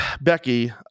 Becky